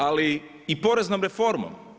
Ali i poreznom reformom.